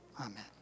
Amen